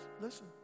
Listen